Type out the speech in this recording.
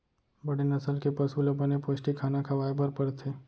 बड़े नसल के पसु ल बने पोस्टिक खाना खवाए बर परथे